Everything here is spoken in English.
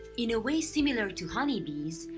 in a way similar to honeybees,